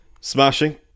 Smashing